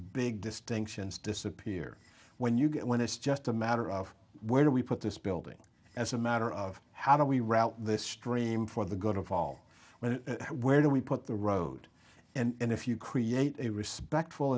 big distinctions disappear when you get when it's just a matter of where do we put this building as a matter of how do we route the stream for the good of all well where do we put the road and if you create a respectful